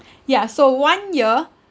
yeah so one year